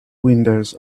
windows